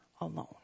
alone